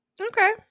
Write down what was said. Okay